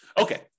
Okay